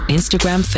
Instagram